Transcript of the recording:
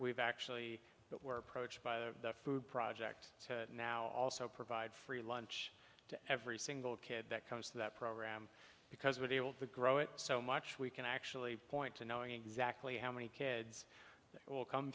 we've actually were approached by the food project to now also provide free lunch to every single kid that comes to that program because with able to grow it so much we can actually point to knowing exactly how many kids will come